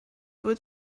would